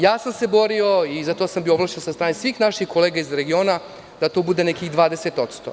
Ja sam se borio, i za to sam bio ovlašćen sa strane svih naših kolega iz regiona, da to bude nekih 20%